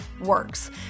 works